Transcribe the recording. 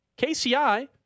KCI